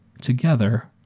together